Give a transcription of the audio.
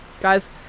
guys